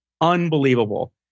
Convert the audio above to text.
unbelievable